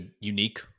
unique